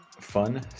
Fun